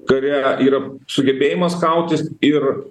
kare yra sugebėjimas kautis ir